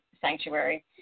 sanctuary